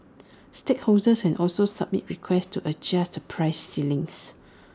stallholders can also submit requests to adjust the price ceilings